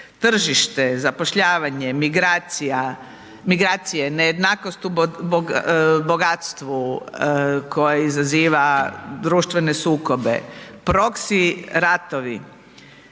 tržište, zapošljavanje, migracije, nejednakost u bogatstvu koje izaziva društvene sukobe, proxy ratovi